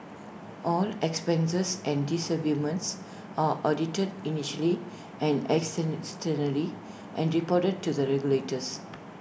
all expenses and disbursements are audited internally and externally and reported to the regulators